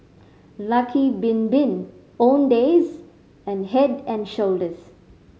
Lucky Bin Bin Owndays and Head and Shoulders